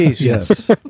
Yes